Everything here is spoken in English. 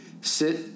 sit